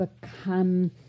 become